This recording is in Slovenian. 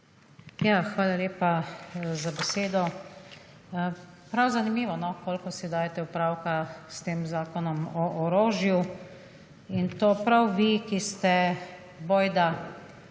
Hvala lepa za besedo. Prav zanimivo, no, koliko si dajete opravka s tem Zakonom o orožju. In to prav vi, ki ste, bojda,